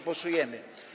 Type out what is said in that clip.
Głosujemy.